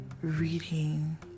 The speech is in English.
reading